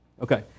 okay